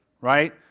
right